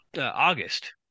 August